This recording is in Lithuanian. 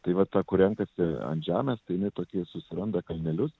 tai va ta kur renkasi ant žemės tai jinai tokį susiranda kalnelius